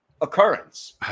occurrence